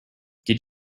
did